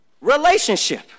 relationship